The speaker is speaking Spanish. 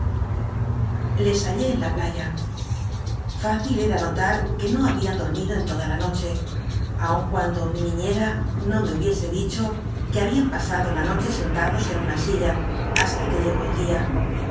les hallé en la playa f icil era no tar que no habían do rmido en toda la noche aun cuando mi niñcra no mé hubiese dicho que habian pasado la noche sentadoscn una silla hasta que llegó el dia